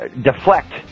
deflect